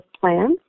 plans